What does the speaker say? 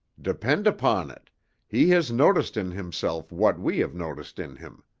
depend upon it he has noticed in himself what we have noticed in him.